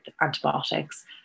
antibiotics